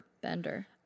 Bender